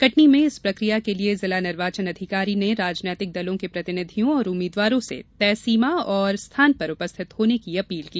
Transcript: कटनी में इस प्रक्रिया के लिए जिला निर्वाचन अधिकारी ने राजनीतिक दलों के प्रतिनिधियों और उम्मीद्वारों से तय सीमा और स्थान पर उपस्थित होने की अपील की